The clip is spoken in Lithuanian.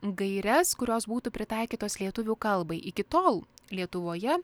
gaires kurios būtų pritaikytos lietuvių kalbai iki tol lietuvoje